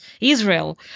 Israel